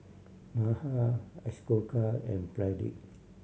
Mahade Ashoka and Pradip